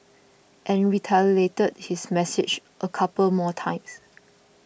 and reiterated his message a couple more times